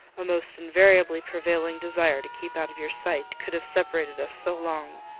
a most invariably prevailing desire to keep out of your sight, could have separated us so long.